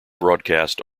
broadcast